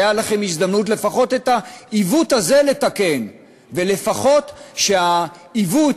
לפחות את העיוות הזה לתקן ולפחות שהעיוות